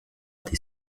des